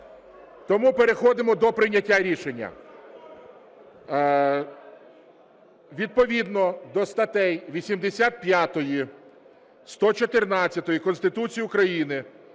Тому переходимо до прийняття рішення. Відповідно до статей 85, 114 Конституції України